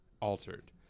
altered